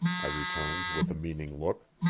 i returned with a meaning look.